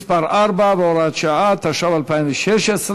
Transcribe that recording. התשע"ו 2016,